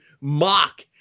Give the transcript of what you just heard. mock